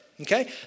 okay